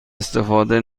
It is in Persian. استفاده